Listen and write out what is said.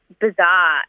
bizarre